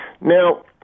Now